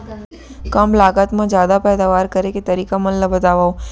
कम लागत मा जादा पैदावार करे के तरीका मन ला बतावव?